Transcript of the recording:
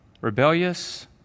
rebellious